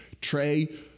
Trey